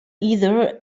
either